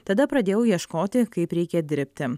tada pradėjau ieškoti kaip reikia dirbti